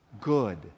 good